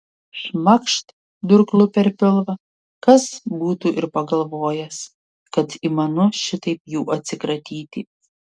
šmakšt durklu per pilvą kas būtų ir pagalvojęs kad įmanu šitaip jų atsikratyti